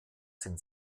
sind